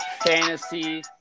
Fantasy